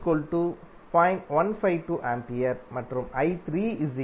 152 A மற்றும் I3 −0